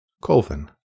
Colvin